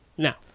Now